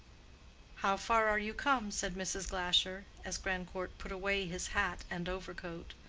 how far are you come? said mrs. glasher, as grandcourt put away his hat and overcoat.